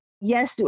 yes